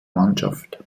mannschaft